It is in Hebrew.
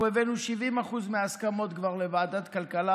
אנחנו הבאנו כבר 70% מההסכמות לוועדת כלכלה